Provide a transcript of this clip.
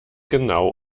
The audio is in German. genau